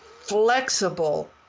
flexible